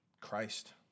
Christ